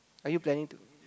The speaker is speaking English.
are you planning to